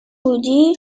بودی